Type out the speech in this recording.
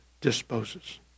disposes